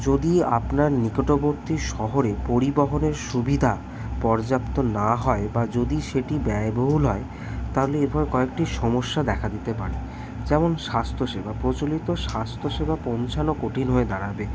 যদি আপনার নিকটবর্তী শহরে পরিবহনের সুবিধা পর্যাপ্ত না হয় বা যদি সেটি ব্যয়বহুল হয় তাহলে এরপর কয়েকটি সমস্যা দেখা দিতে পারে যেমন স্বাস্থ্য সেবা প্রচলিত স্বাস্থ্য সেবা পৌঁছানো কঠিন হয়ে দাঁড়াবে